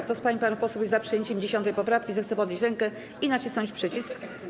Kto z pań i panów posłów jest za przyjęciem 10. poprawki, zechce podnieść rękę i nacisnąć przycisk.